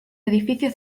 edificio